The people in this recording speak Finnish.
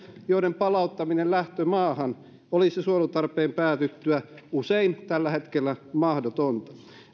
joiden palauttaminen lähtömaahan on suojelun tarpeen päätyttyä usein tällä hetkellä mahdotonta